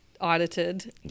audited